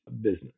business